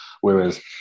Whereas